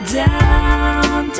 down